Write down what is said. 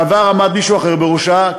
בעבר עמד מישהו אחר בראשה,